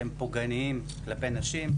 שהם פוגעניים כלפי נשים.